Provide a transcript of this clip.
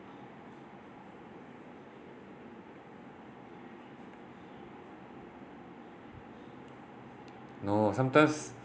no sometimes